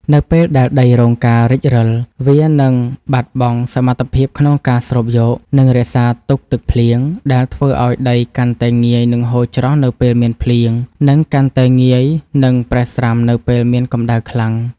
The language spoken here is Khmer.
នៅពេលដែលដីរងការរិចរឹល វានឹងបាត់បង់សមត្ថភាពក្នុងការស្រូបយក និងរក្សាទុកទឹកភ្លៀង ដែលធ្វើឱ្យដីកាន់តែងាយនឹងហូរច្រោះនៅពេលមានភ្លៀង និងកាន់តែងាយនឹងប្រេះស្រាំនៅពេលមានកម្តៅខ្លាំង។